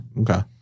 Okay